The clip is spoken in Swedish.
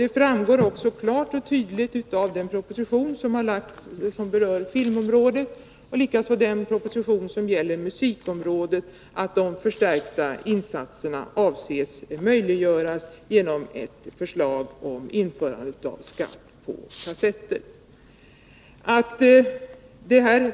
Det framgår klart och tydligt av de propositioner som lagts fram gällande filmoch musikområdet att de förstärkta insatserna möjliggörs genom införande av skatt på kassetter.